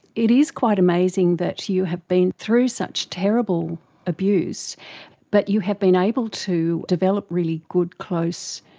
it is quite amazing that you have been through such terrible abuse but you have been able to develop really good, close,